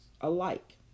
alike